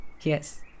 yes